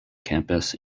campus